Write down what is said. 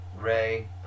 Ray